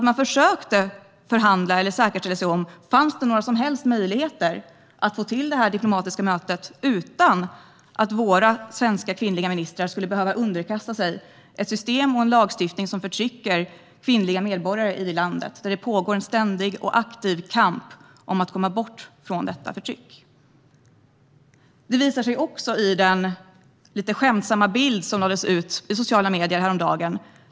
Man försökte inte förhandla eller försäkra sig om huruvida det fanns några möjligheter att få till ett diplomatiskt möte utan att våra kvinnliga ministrar behövde underkasta sig ett system och en lagstiftning som förtrycker kvinnliga medborgare i det land där det pågår en ständig och aktiv kamp för att komma bort från detta förtryck. Det här visar sig också i den lite skämtsamma bild som lades ut i sociala medier häromdagen.